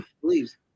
Please